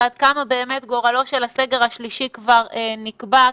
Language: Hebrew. ועד כמה באמת גורלו של הסגר השלישי כבר נקבע,